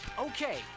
Okay